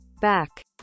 Back